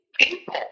people